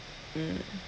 mm